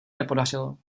nepodařilo